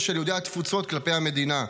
ושל יהודי התפוצות כלפי המדינה.